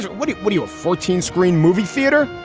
what do what do you fourteen screen movie theater?